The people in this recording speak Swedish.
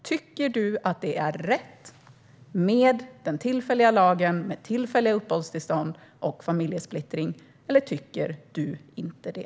Tycker du att det är rätt med den tillfälliga lagen om tillfälliga uppehållstillstånd och familjesplittring, eller tycker du inte det?